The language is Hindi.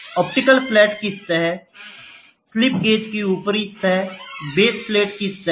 ऑप्टिकल फ्लैट की सतह स्लिप गेज की ऊपरी सतह बेस प्लेट की सतह